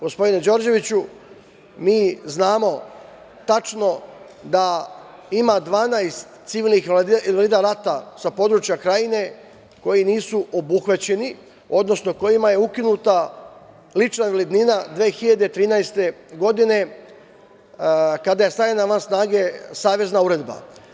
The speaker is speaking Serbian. Gospodine Đorđeviću, mi znamo tačno da ima 12 civilnih invalida rata sa područja Krajine koji nisu obuhvaćeni, odnosno kojima je ukinuta lična invalidnina 2013. godine, kada je stavljena van snage savezna uredba.